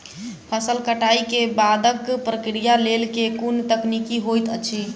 फसल कटाई केँ बादक प्रक्रिया लेल केँ कुन तकनीकी होइत अछि?